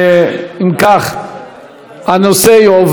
הנושא יועבר לוועדת החוקה,